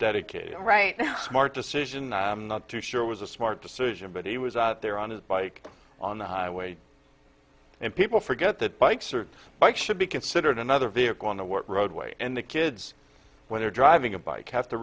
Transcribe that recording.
dedicated right smart decision not too sure it was a smart decision but he was out there on his bike on the highway and people forget that bikes or bikes should be considered another vehicle on a work roadway and the kids when you're driving a bike have to